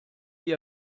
die